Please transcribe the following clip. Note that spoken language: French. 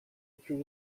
plus